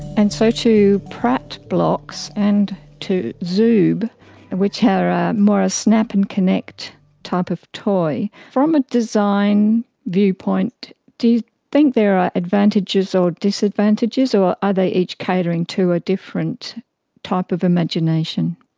and so to pratt blocks and to zoob and which are ah more a snap and connect type of toy. from a design viewpoint, do you think there are advantages or disadvantages, or are they each catering to a different type of imagination?